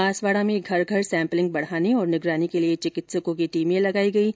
बांसवाड़ा में घर घर सैम्पलिंग बढ़ाने और निगरानी के लिए चिकित्सकों की टीमें लगाई गई हैं